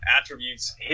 attributes